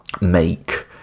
make